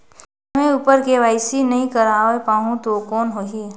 समय उपर के.वाई.सी नइ करवाय पाहुं तो कौन होही?